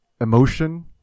emotion